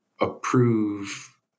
approve